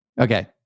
Okay